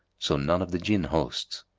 so none of the jinn-hosts,